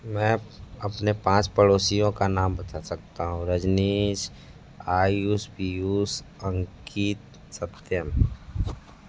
मैं अपने पाँच पड़ोसियों का नाम बता सकता हूँ रजनीश आयुष पीयूष अंकित सत्यम